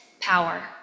power